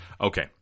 Okay